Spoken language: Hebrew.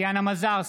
טטיאנה מזרסקי,